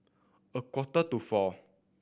a quarter to four